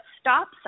stops